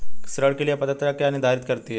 ऋण के लिए पात्रता क्या निर्धारित करती है?